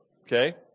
Okay